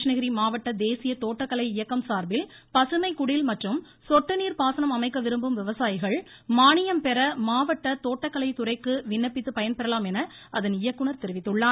கிருஷ்ணகிரி மாவட்ட தேசிய தோட்டக்கலை இயக்கம் சார்பில் பசுமை குடில் மற்றும் சொட்டு நீர் பாசனம் அமைக்க விரும்பும் விவசாயிகள் மானியம் பெற மாவட்ட தோட்டக்கலை துறைக்கு விண்ணப்பித்து பயன்பெறலாம் என அதன் இயக்குநர் தெரிவித்துள்ளார்